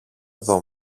εδώ